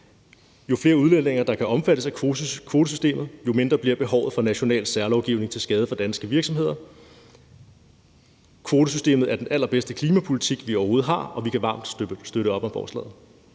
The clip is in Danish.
Jo flere udledninger der kan omfattes af kvotesystemet, jo mindre bliver behovet for national særlovgivning til skade for danske virksomheder. Kvotesystemet er den allerbedste klimapolitik, vi overhovedet har, og vi kan varmt støtte op om forslaget.